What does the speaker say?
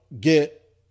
get